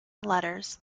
letters